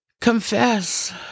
Confess